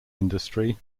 industry